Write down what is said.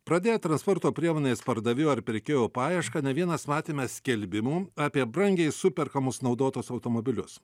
pradėję transporto priemonės pardavėjo ar pirkėjo paiešką ne vienas matėme skelbimų apie brangiai superkamus naudotus automobilius